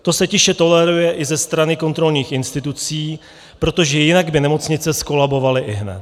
To se tiše toleruje i ze strany kontrolních institucí, protože jinak by nemocnice zkolabovaly ihned.